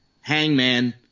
Hangman